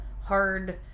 hard